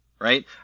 Right